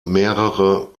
mehrere